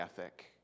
ethic